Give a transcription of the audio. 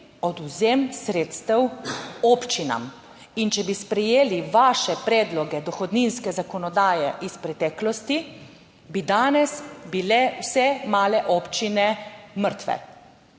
odvzem sredstev občinam in če bi sprejeli vaše predloge dohodninske zakonodaje iz preteklosti, bi danes bile vse male občine mrtve.